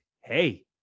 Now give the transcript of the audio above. hey